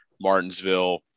Martinsville